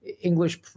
English